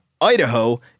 Idaho